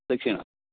तशी न्हू